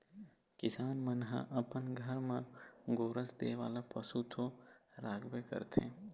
किसान मन ह अपन घर म गोरस दे वाला पशु तो राखबे करथे